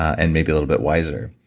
and maybe a little bit wiser.